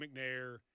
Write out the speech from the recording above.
McNair